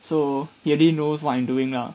so he already knows what I'm doing lah